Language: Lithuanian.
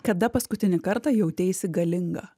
kada paskutinį kartą jauteisi galinga